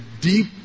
deep